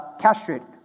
castrated